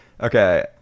Okay